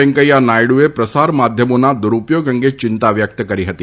વેંકૈયા નાયડએ પ્રસાર માધ્યમોના દુરૂપયોગ અંગે ચિંતા વ્યક્ત કરી હતી